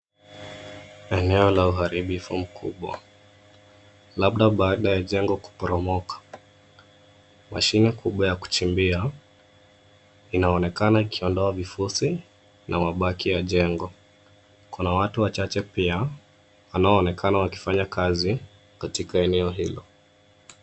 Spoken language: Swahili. Eneo la uharibifu mkubwa, labda baada ya jengo kuporomoka. Mashine kubwa ya kuchimbia, inaonekana ikiondoa vifusi na mabaki ya jengo. Kuna watu wachache pia, wanaoonekana wakifanya kazi, katika eneo hilo.